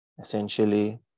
Essentially